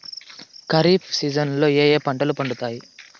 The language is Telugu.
ఖరీఫ్ సీజన్లలో ఏ ఏ పంటలు పండుతాయి